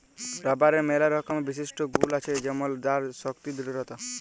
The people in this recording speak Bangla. রাবারের ম্যালা রকমের বিশিষ্ট গুল আছে যেমল তার শক্তি দৃঢ়তা